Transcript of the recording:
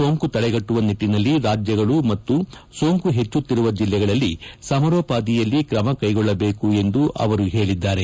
ಸೋಂಕು ತದೆಗಟ್ಟುವ ನಿಟ್ಟಿನಲ್ಲಿ ರಾಜ್ಯಗಳು ಮತ್ತು ಸೋಂಕು ಹೆಚ್ಚುತ್ತಿರುವ ಜಿಲ್ಲೆಗಳಲ್ಲಿ ಸಮರೋಪಾದಿಯಲ್ಲಿ ಕ್ರಮಕೈಗೊಳ್ಳಬೇಕು ಎಂದು ಅವರು ಹೇಳಿದ್ದಾರೆ